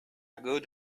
good